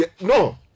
No